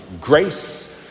grace